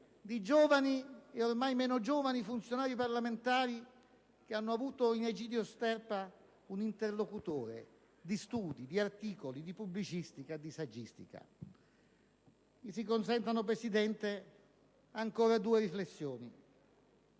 di giovani e ormai meno giovani funzionari parlamentari che hanno avuto in Egidio Sterpa un interlocutore di studi, di articoli, di pubblicistica, di saggistica. Mi si consenta, Presidente, ancora una riflessione.